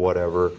whatever